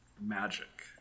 magic